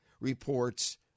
reports